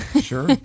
Sure